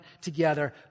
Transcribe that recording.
together